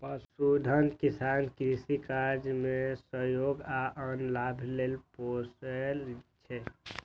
पशुधन किसान कृषि कार्य मे सहयोग आ आन लाभ लेल पोसय छै